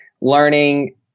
learning